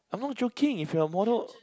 I'm not joking if you are a model